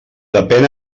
depèn